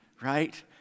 right